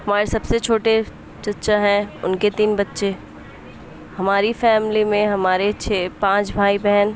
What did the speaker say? ہمارے سب سے چھوٹے چچا ہیں اُن کے تین بچے ہماری فیملی میں ہمارے چھ پانچ بھائی بہن